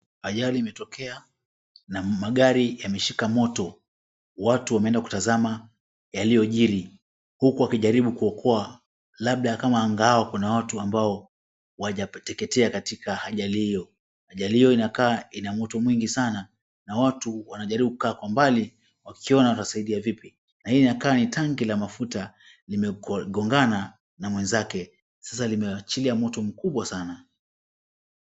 Ajali imetokea na magari yameshika moto. Watu wameenda kutazama yaliojili huku wakijaribu kuokoa labda kama angalau kuna watu ambao hawajateketea katika ajali hio. Ajali hio inakaa ina moto mwingi sana na watu wanajaribu kukaa kwa mbali wakiona watasaidia vipi. Na hii inakaa ni tangi la mafuta limegongana na mwenzake sasa limeachilia moto mkubwa sana.